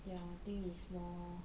their thing is more